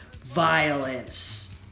violence